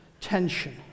tension